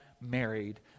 married